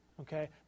okay